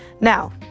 Now